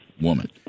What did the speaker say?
woman